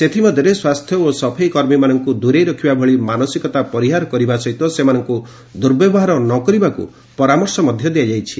ସେଥିମଧ୍ୟରେ ସ୍ୱାସ୍ଥ୍ୟ ଓ ସଫେଇ କର୍ମୀମାନଙ୍କୁ ଦୂରେଇ ରଖିବା ଭଳି ମାନସିକତା ପରିହାର କରିବା ସହିତ ସେମାନଙ୍କୁ ଦୁର୍ବ୍ୟବହାର ନ କରିବାକୁ ପରାମର୍ଶ ଦିଆଯାଇଛି